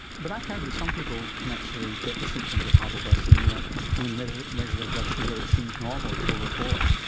but i've heard that some people can actually get the symptoms of hypoglycaemia and when they measure measure their blood sugar it seems normal, it's over four.